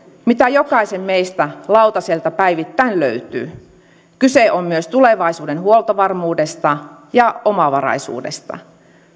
mitä jokaisen meistä lautaselta päivittäin löytyy kyse on myös tulevaisuuden huoltovarmuudesta ja omavaraisuudesta